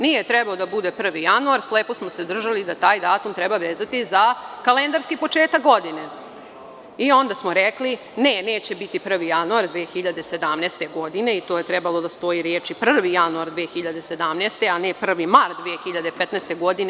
Nije trebao da bude 1. januar, slepo smo se držali da taj datum treba vezati za kalendarski početak godine i onda smo rekli – ne, neće biti 1. januar 2017. godine i to je trebalo da stoje reči „1. januar 2017. godine“, a ne „1. mart 2015. godine“